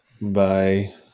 Bye